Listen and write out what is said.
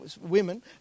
women